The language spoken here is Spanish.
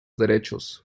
derechos